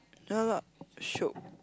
ya lah shiok